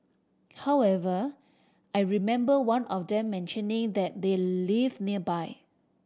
however I remember one of them mentioning that they live nearby